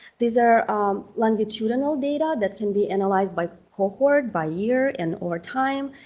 these are longitudinal data that can be analyzed by cohort, by year, and or time.